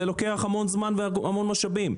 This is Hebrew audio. זה לוקח המון זמן והמון משאבים.